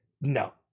No